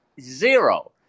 Zero